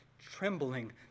trembling